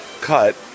cut